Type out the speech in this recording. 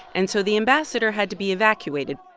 and so the ambassador had to be evacuated.